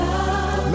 Love